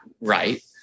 right